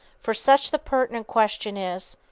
for such the pertinent question is,